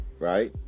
right